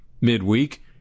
midweek